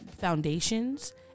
foundations